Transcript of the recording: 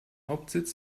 hauptsitz